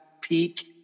peak